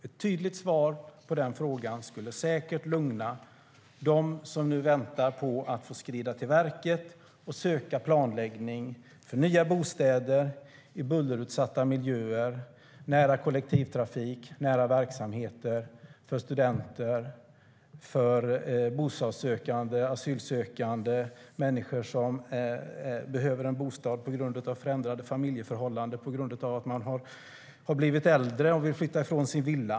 Ett tydligt svar på den frågan skulle säkert lugna dem som nu väntar på att få skrida till verket med planläggning av nya bostäder i bullerutsatta miljöer, nära kollektivtrafik och nära verksamheter. Det handlar om studenter, bostadssökande och asylsökande. Det handlar om människor som behöver en bostad på grund av förändrade familjeförhållanden eller på grund av att de har blivit äldre och vill flytta ifrån sin villa.